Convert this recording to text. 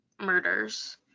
murders